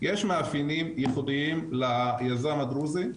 יש מאפיינים ייחודים ליזם הדרוזי,